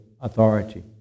authority